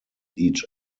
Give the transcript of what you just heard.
each